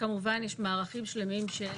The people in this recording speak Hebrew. וכמובן יש מערכים שלמים של